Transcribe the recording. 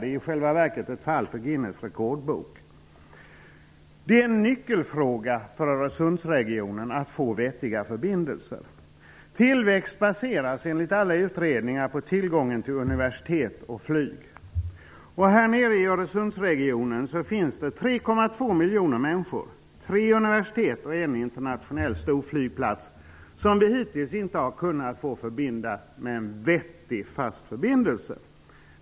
Det är i själva verket ett fall för Guinness rekordbok. Det är en nyckelfråga för Öresundsregionen att få vettiga förbindelser. Enligt alla utredningar baseras tillväxt på tillgången till universitet och flyg. I Öresundsregionen finns det 3,2 miljoner människor, tre universitet och en internationell storflygplats, som vi hittills inte har kunnat få en vettig fast förbindelse till.